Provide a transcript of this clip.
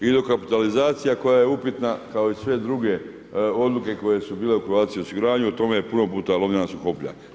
I dokapitalizacija koja je upitna, kao i sve druge odluke koje su bile u Croatia osiguranju, o tome, puno puta lomljena su koplja.